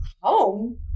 home